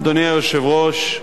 אדוני היושב-ראש,